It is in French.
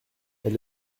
elle